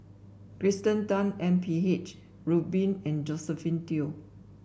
Kirsten Tan M P H Rubin and Josephine Teo